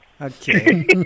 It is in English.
Okay